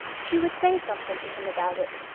she would say something to him about it,